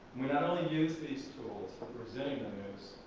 not only use these tools for presenting the news,